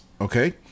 okay